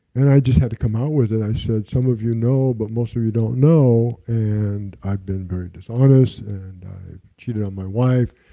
and i just had to come out with it, i said, some of you know, but most of you don't know, and i've been very dishonest and i've cheated on my wife.